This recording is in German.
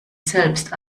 selbst